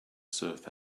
surf